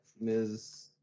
Ms